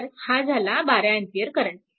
तर हा झाला 12A करंट